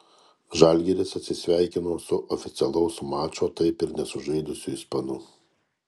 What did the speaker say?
žalgiris atsisveikino su oficialaus mačo taip ir nesužaidusiu ispanu